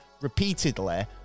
repeatedly